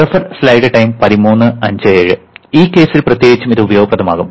ഈ കേസിൽ പ്രത്യേകിച്ചും അത് ഉപയോഗപ്രദമാകും